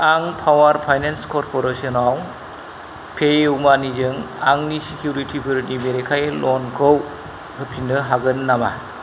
आं पावार फाइनान्स कर्परेसनाव पेइउमानिजों आंनि सिकिउरिटिफोरनि बेरेखायै लनखौ होफिन्नो हागोन नामा